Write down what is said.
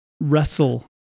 wrestle